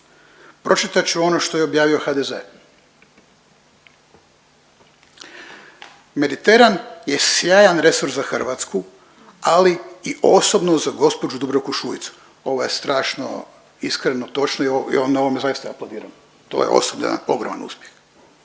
pročitat ću ono što je objavio HDZ. Mediteran je sjajan resurs za Hrvatsku, ali i osobno za gospođu Dubravku Šuicu. Ovo je strašno iskreno, točno i na ovome vam zaista aplaudiram, to je osobno jedan ogroman uspjeh.